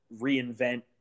reinvent